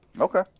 Okay